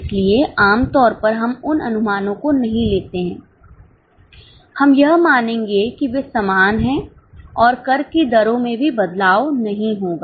इसलिए आम तौर पर हम उन अनुमानों को नहीं लेते हैं हम यह मानेंगे कि वे समान हैं और कर की दरों में भी बदलाव नहीं होगा